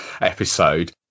episode